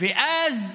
ואז